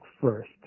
first